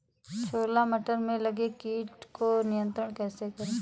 छोला मटर में लगे कीट को नियंत्रण कैसे करें?